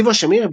זיוה שמיר,